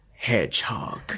Hedgehog